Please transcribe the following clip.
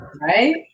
right